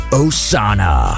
osana